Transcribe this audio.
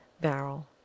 Barrel